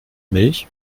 milch